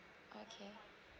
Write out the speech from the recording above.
okay